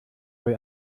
wohl